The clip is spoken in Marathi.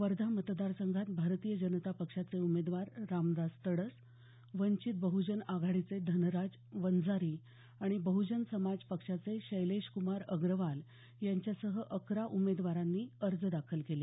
वर्धा मतदारसंघात भारतीय जनता पक्षाचे उमेदवार रामदास तडस वंचित बहजन आघाडीचे धनराज वंजारी आणि बहजन समाज पक्षाचे शैलेशक्रमार अग्रवाल यांच्यासह अकरा उमेदवारांनी अर्ज दाखल केले